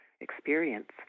experience